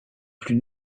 plus